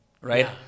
right